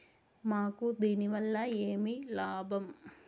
మాకు దీనివల్ల ఏమి లాభం